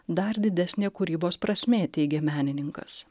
dar didesnė kūrybos prasmė teigė menininkas